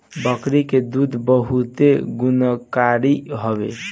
बकरी के दूध बहुते गुणकारी हवे